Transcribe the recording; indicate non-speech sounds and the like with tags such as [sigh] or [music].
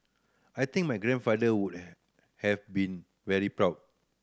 I think my grandfather would [unintelligible] have been very proud